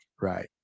right